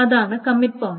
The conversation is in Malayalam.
അതാണ് കമ്മിറ്റ് പോയിൻറ്